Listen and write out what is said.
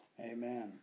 Amen